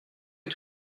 est